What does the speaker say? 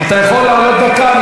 אתה רוצה שאני,